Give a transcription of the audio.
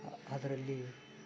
ಅದರಲ್ಲಿ